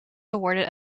awarded